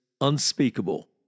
unspeakable